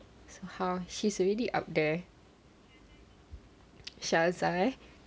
so how she's already up there shaza